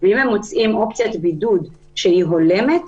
ואם הם מוצאים אופציית בידוד שהיא הולמת,